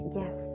yes